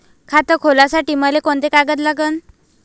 खात खोलासाठी मले कोंते कागद लागन?